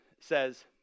says